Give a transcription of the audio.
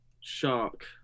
shark